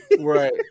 Right